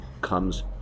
comes